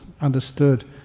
understood